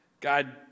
God